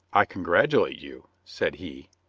i congratulate you, said he.